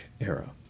era